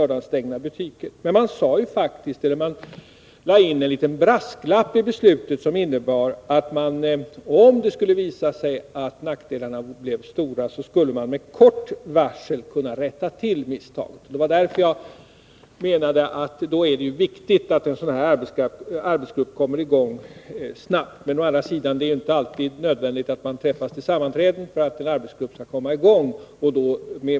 Riksdagen lade faktiskt in en liten brasklapp i beslutet, som innebar att man, om det skulle visa sig att nackdelarna blev stora, med kort varsel skulle kunna rätta till misstaget. Det var därför som jag menade att det är viktigt att en sådan här arbetsgrupp kommer i gång snabbt. Å andra sidan är det inte alltid nödvändigt att man träffas på ett sammanträde för att en arbetsgrupp skall börja arbeta.